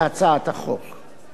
ואני רוצה להדגיש את זה,